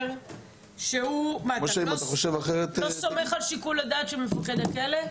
אתה לא סומך על שיקול הדעת של מפקד הכלא?